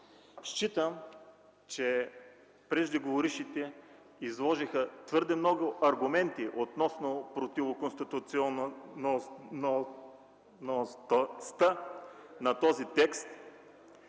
Считам, че преждеговорившите изложиха твърде много аргументи относно противоконституционността на този текст,